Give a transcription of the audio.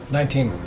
Nineteen